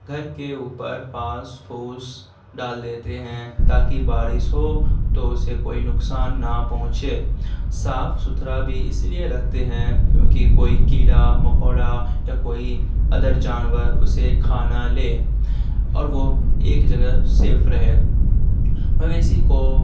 گھر کے اوپر پھاس پھوس ڈال دیتے ہیں تاکہ بارش ہو تو اسے کوئی نقصان نہ پہنچے صاف ستھرا بھی اس لیے رکھتے ہیں کیونکہ کوئی کیڑا مکوڑا یا کوئی ادر جانور اسے کھا نہ لے اور وہ ایک جگہ سیف رہے مویشی کو